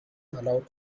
allowed